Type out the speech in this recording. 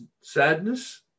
sadness